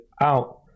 out